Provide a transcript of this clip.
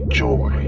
joy